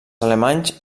alemanys